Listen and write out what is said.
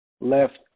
left